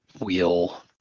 wheel